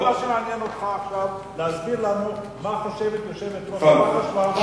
כל מה שמעניין אותך עכשיו זה להסביר לנו מה חושבת יושבת-ראש האופוזיציה.